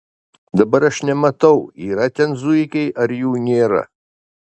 dabar aš nematau yra ten zuikiai ar jų nėra